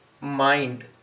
mind